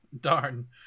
Darn